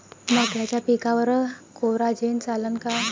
मक्याच्या पिकावर कोराजेन चालन का?